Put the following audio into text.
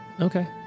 Okay